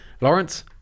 Lawrence